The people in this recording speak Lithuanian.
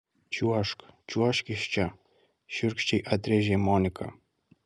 čiuožk čiuožk iš čia šiurkščiai atrėžė monika